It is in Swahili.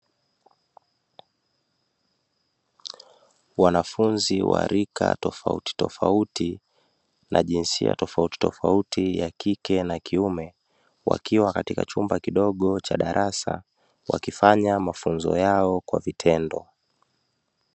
Wanafunzi wa rika tofautitofauti na jinsia tofautitofauti ya kike na kiume, wakiwa katika chumba kidogo cha darasa wakifanya mafunzo yao kwa vitendo.